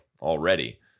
already